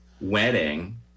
wedding